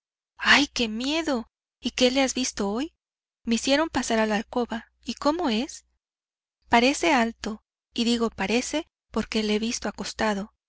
ay qué miedo y le has visto hoy me hicieron pasar a la alcoba y cómo es parece alto y digo parece porque le he visto acostado